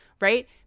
right